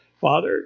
Father